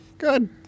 Good